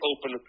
Open